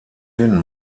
hin